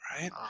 right